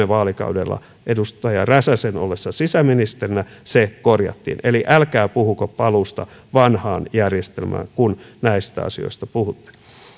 vaalikaudella edustaja räsäsen ollessa sisäministerinä se korjattiin eli älkää puhuko paluusta vanhaan järjestelmään kun näistä asioista puhutte